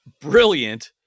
brilliant